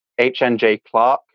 HNJClark